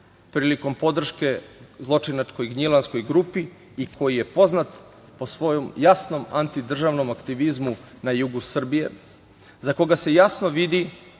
prilikom podrške zločinačkoj „Gnjilanskoj grupi“ i koji je poznat po svom jasnom antidržavnom aktivizmu na jugu Srbije, za koga se jasno vidi